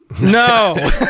No